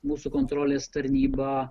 mūsų kontrolės tarnyba